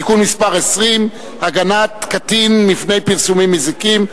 (תיקון מס' 20) (הגנת קטין מפני פרסומים מזיקים),